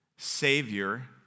Savior